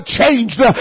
changed